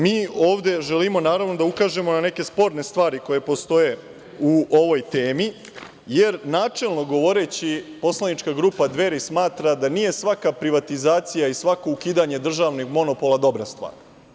Mi ovde želimo da ukažemo na neke sporne stvari koje postoje u ovoj temi, jer načelno govoreći, poslanička grupa Dveri smatra da nije svaka privatizacija i svako ukidanje državnih monopola dobra stvar.